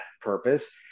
purpose